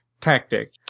tactic